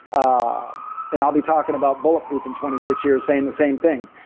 um and i'll be talking about bulletproof in twenty six years saying the same thing.